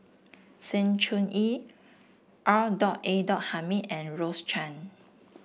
Sng Choon Yee R dot A dot Hamid and Rose Chan